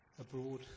abroad